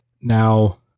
Now